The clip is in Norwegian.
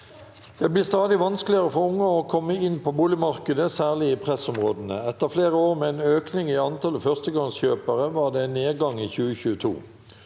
«Det blir stadig vanskeligere for unge å komme inn på boligmarkedet, særlig i pressområdene. Etter flere år med en økning i antallet førstegangskjøpere var det en nedgang i 2022.